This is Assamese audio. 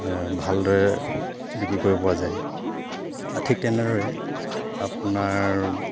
ভালদৰে বিক্ৰী কৰিব পৰা যায় ঠিক তেনেদৰে আপোনাৰ